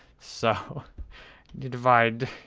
so, you divide